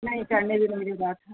नहीं चढ़ने देने वाली बात है